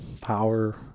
power